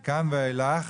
מכאן ואילך,